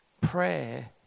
Prayer